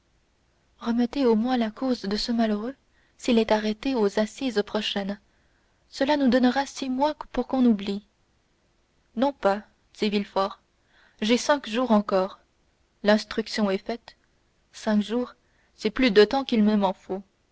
remettez au moins la cause de ce malheureux s'il est arrêté aux assises prochaines cela nous donnera six mois pour qu'on oublie non pas dit villefort j'ai cinq jours encore l'instruction est faite cinq jours c'est plus de temps qu'il ne m'en faut